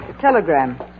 telegram